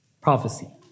prophecy